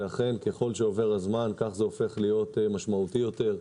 ואכן ככל שעובר הזמן כך זה הופך להיות משמעותי יותר,